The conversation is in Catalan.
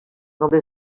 nombres